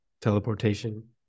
teleportation